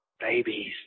Babies